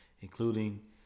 including